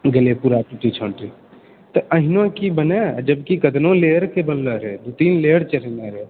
गेलै पूरा टूटि तऽ अहिना की बनए जबकि कतनो लेय के बनलो रहै दू तीन लेयर चढ़ेने रहए